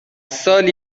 سالی